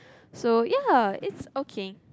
so ya it's okay